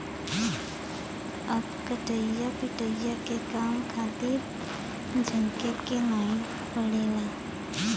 अब कटिया पिटिया के काम खातिर झनके के नाइ पड़ला